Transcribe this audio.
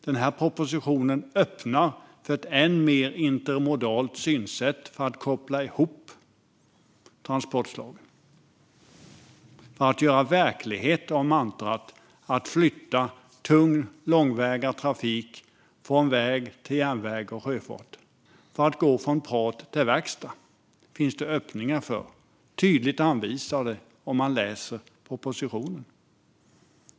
Den här propositionen öppnar för ett än mer intermodalt synsätt för att koppla ihop transportslagen samt för att göra verklighet av ett mantra och flytta tung, långväga trafik från väg till järnväg och sjöfart. Det finns öppningar för att gå från prat till verkstad; den som läser propositionen ser att de är tydligt anvisade där.